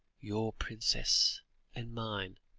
your princess and mine,